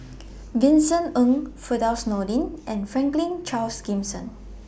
Vincent Ng Firdaus Nordin and Franklin Charles Gimson